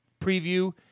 preview